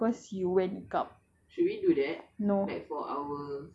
like nowadays that people want to know you because you wear niqab